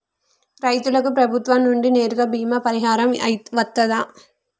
రైతులకు ప్రభుత్వం నుండి నేరుగా బీమా పరిహారం వత్తదా?